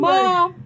Mom